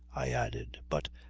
i added. but,